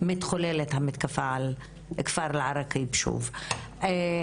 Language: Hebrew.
מתחוללת המתקפה על כפר אל-עראקיב שוב.